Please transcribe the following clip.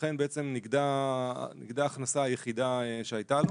ולכן בעצם נגדעה ההכנסה היחידה שהייתה לו.